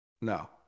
No